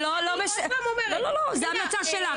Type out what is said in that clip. זו המלצה שלך.